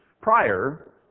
prior